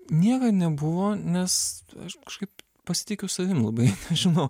niekad nebuvo nes aš kažkaip pasitikiu savim labai žinau